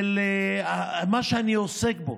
של מה שאני עוסק בו,